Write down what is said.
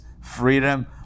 freedom